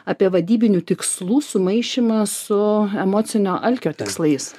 apie vadybinių tikslų sumaišymą su emocinio alkio tikslais